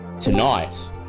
Tonight